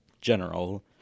general